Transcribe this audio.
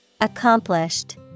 Accomplished